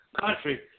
country